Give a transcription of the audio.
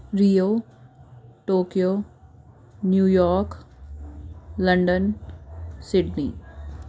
rio Tokyo New York London Sydney